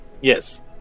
Yes